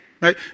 right